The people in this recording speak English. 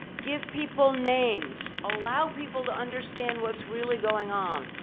give people names, allow people to understand what's really going on,